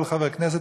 כל חבר כנסת,